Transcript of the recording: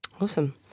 Awesome